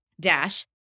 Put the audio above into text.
dash